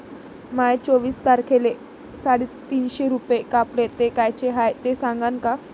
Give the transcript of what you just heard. माये चोवीस तारखेले साडेतीनशे रूपे कापले, ते कायचे हाय ते सांगान का?